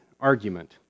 argument